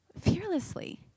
fearlessly